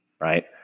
right